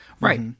Right